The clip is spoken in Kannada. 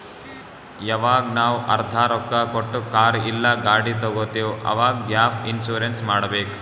ಯವಾಗ್ ನಾವ್ ಅರ್ಧಾ ರೊಕ್ಕಾ ಕೊಟ್ಟು ಕಾರ್ ಇಲ್ಲಾ ಗಾಡಿ ತಗೊತ್ತಿವ್ ಅವಾಗ್ ಗ್ಯಾಪ್ ಇನ್ಸೂರೆನ್ಸ್ ಮಾಡಬೇಕ್